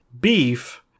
beef